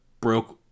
broke